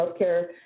healthcare